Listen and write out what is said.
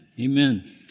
Amen